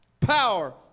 power